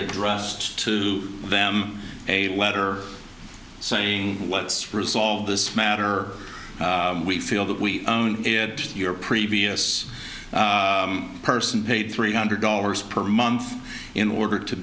addressed to them a letter saying what's resolve this matter we feel that we own your previous person paid three hundred dollars per month in order to